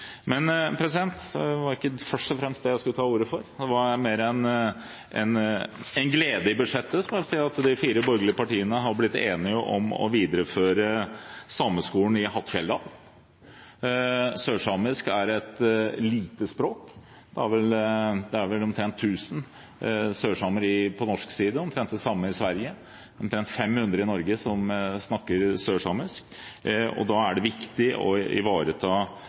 Men det var ikke først og fremst det jeg skulle ta ordet for – det var mer en glede i budsjettet, vil jeg si. De fire borgerlige partiene har blitt enige om å videreføre Sameskolen i Hattfjelldal. Sørsamisk er et lite språk, det er vel omtrent 1 000 sørsamer på norsk side og omtrent det samme i Sverige. Det er omtrent 500 i Norge som snakker sørsamisk. Da er det viktig å ivareta